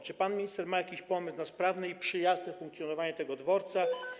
Czy pan minister ma jakiś pomysł na sprawne i przyjazne funkcjonowanie tego dworca?